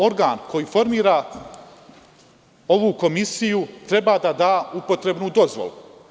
Organ koji formira ovu komisiju treba da da upotrebnu dozvolu.